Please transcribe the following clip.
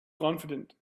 confident